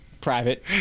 private